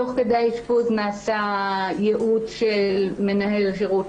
תוך כדי האשפוז נעשה ייעוץ של מנהל שירות